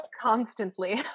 constantly